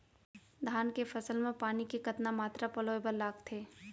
धान के फसल म पानी के कतना मात्रा पलोय बर लागथे?